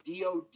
dod